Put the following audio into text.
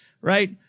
Right